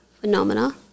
phenomena